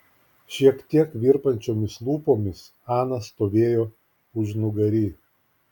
šiek tiek virpančiomis lūpomis ana stovėjo užnugary